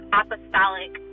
apostolic